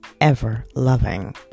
ever-loving